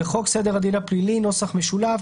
"בחוק סדר הדין הפלילי (נוסח משולב),